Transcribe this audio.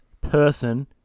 person